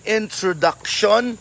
introduction